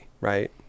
right